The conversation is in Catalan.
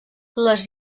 les